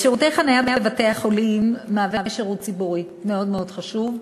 שירות החניה בבתי-החולים מהווה שירות ציבורי מאוד מאוד חשוב,